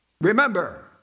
Remember